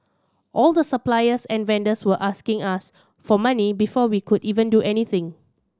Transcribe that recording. all the suppliers and vendors were asking us for money before we could even do anything